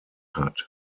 hat